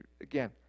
Again